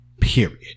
Period